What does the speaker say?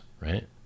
right